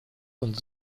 und